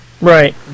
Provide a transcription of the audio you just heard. Right